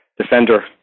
Defender